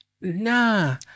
Nah